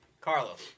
Carlos